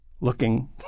looking